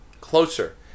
Closer